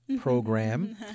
program